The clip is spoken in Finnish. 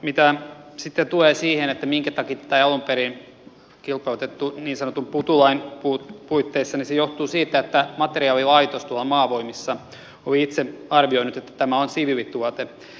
mitä sitten tulee siihen minkä takia tätä ei alun perin kilpailutettu niin sanotun putu lain puitteissa niin se johtuu siitä että materiaalilaitos tuolla maavoimissa oli itse arvioinut että tämä on siviilituote